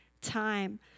time